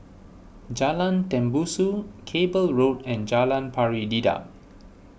Jalan Tembusu Cable Road and Jalan Pari Dedap